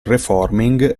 reforming